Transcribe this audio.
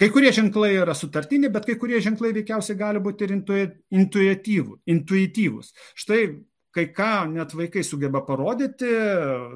kai kurie ženklai yra sutartiniai bet kai kurie ženklai veikiausiai gali būti intui intuetyvūs intuityvūs štai kai ką net vaikai sugeba parodyti